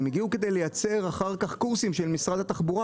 במקור הן הגיעו כדי לייצר אחר-כך קורסים של משרד התחבורה.